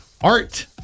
art